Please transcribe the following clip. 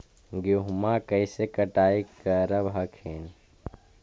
गेहुमा कैसे कटाई करब हखिन?